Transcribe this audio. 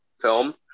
film